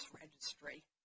Registry